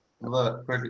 Look